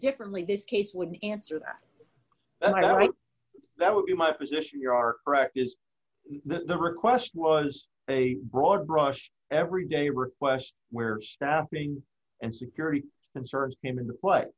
differently this case when answer that that would be my position you are correct is that the request was a broad brush every day request where snapping and security concerns came into play